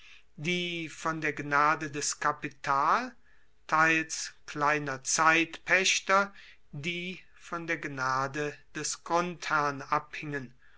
die von der gnade des kapital teils kleiner zeitpaechter die von der gnade des grundherrn abhingen